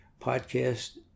podcast